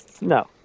No